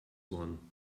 one